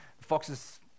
foxes